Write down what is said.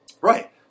right